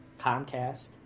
Comcast